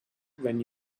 when